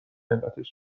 علتش